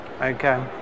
Okay